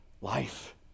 life